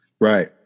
Right